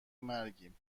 مرگیم